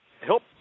help